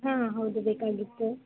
ಹಾಂ ಹೌದು ಬೇಕಾಗಿತ್ತು